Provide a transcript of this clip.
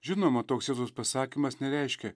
žinoma toks pasakymas nereiškia